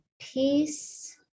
Peace